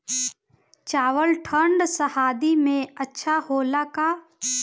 चावल ठंढ सह्याद्री में अच्छा होला का?